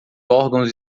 órgãos